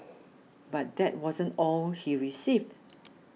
but that wasn't all he received